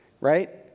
right